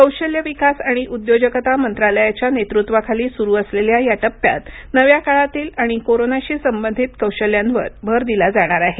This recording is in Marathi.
कौशल्य विकास आणि उद्योजकता मंत्रालयाच्या नेतृत्वाखाली सुरू झालेल्या या टप्प्यात नव्या काळातील आणि कोरोनाशी संबंधित कौशल्यांवर भर दिला जाणार आहे